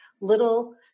little